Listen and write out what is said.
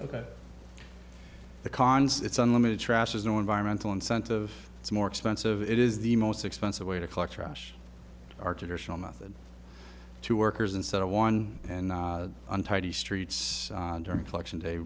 ok the cons it's unlimited trash is no environmental incentive it's more expensive it is the most expensive way to collect trash our traditional method to workers instead of one and untidy streets during election day